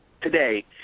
today